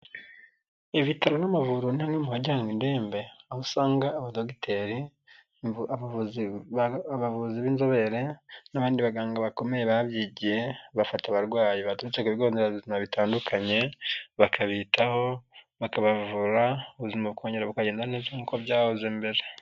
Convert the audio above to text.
Ibitaro n'amavuriro ni hamwe mu bajyanwa indembe, aho usanga abadogiteri abavuzi b'inzobere n'abandi baganga bakomeye babyigiye, bafata abarwayi baturutse ku bigo nderabuzima bitandukanye bakabitaho bakabavura ubuzima bukongera bukagenda neza nk'uko byahoze mbere.